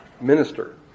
minister